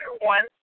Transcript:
one